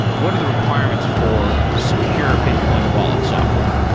what are the requirements for secure bitcoin wallet software?